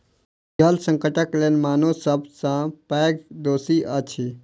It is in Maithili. जल संकटक लेल मानव सब सॅ पैघ दोषी अछि